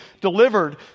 delivered